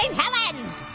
and helens!